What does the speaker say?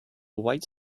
white